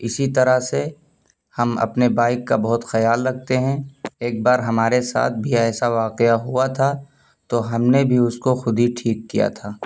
اسی طرح سے ہم اپنے بائک کا بہت خیال رکھتے ہیں ایک بار ہمارے ساتھ بھی ایسا واقعہ ہوا تھا تو ہم نے بھی اس کو خود ہی ٹھیک کیا تھا